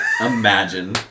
Imagine